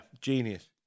genius